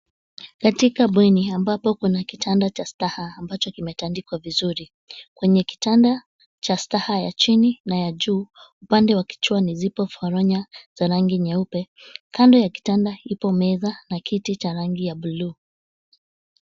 Katika bweni ambapo kuna kitanda cha staha ambacho kimetandikwa vizuri. Kwenye kitanda cha staha ya chini na ya juu, upande wa kichwani zipo foronya za rangi nyeupe kando ya kitanda ipo meza na kiti cha rangi ya buluu.